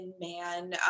man